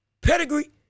pedigree